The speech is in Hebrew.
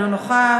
אינו נוכח,